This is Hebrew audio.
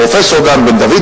פרופסור דן בן-דוד,